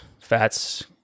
fats